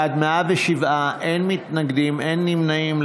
בעד, 107, אין מתנגדים, אין נמנעים.